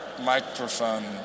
microphone